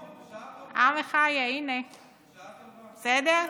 א-מחיה, הינה, בסדר?